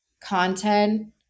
content